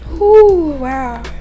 Wow